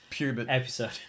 episode